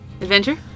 adventure